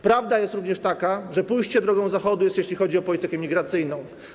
Prawda jest również taka, że pójście drogą Zachodu jest też, jeśli chodzi o politykę migracyjną.